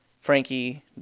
Frankie